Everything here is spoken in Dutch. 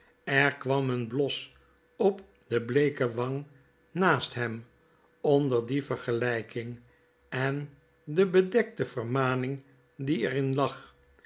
er kwam een bios op de bleeke wangnaast hero onder die vergelgking en de bedekte vermaning die er in lag